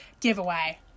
giveaway